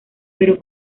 pero